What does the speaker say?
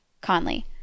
Conley